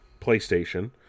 PlayStation